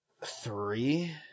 three